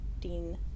Dean